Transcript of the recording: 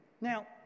now